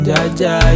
Jaja